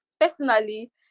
personally